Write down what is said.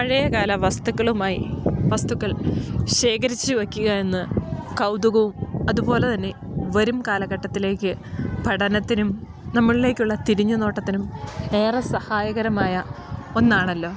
പഴയകാല വസ്ത്ക്കളുമായി വസ്തുക്കൾ ശേഖരിച്ച് വെക്കുക എന്ന് കൗതുകവും അത്പോലെ തന്നെ വരും കാലഘട്ടത്തിലേക്ക് പഠനത്തിനും നമ്മളിലേക്കുള്ള തിരിഞ്ഞ് നോട്ടത്തിനും ഏറെ സഹായകരമായ ഒന്നാണല്ലോ